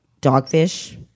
Dogfish